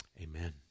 Amen